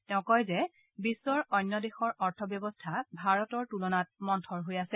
তেওঁ লগতে কয় যে বিশ্বৰ অন্য দেশৰ অৰ্থব্যৱস্থা ভাৰতৰ তুলনাত মন্থৰ হৈ আছে